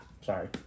Sorry